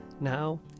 now